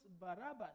Barabbas